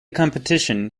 competition